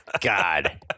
god